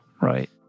Right